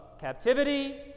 captivity